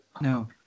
No